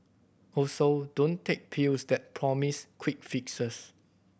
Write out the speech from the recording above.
also don't take pills that promise quick fixes